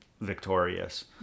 victorious